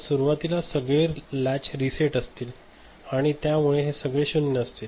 तर सुरुवातीला सगळे लॅच रिसेट असतील आणि त्या मुळे हे सगळे 0 असतील